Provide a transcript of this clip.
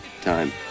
time